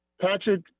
Patrick